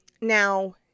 Now